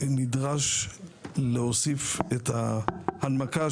נדרש להוסיף את ההנמקה,